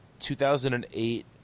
2008